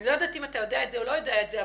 אני לא יודעת אם אתה יודע או לא יודע את זה,